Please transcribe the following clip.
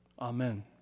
Amen